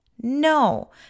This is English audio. No